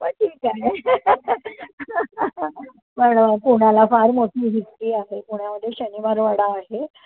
पण ठीक आहे पण पुण्याला फार मोठी हिस्ट्री आहे पुण्यामध्ये शनिवारवाडा आहे